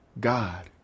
God